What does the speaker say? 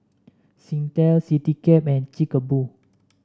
Singtel Citycab and Chic A Boo